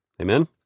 Amen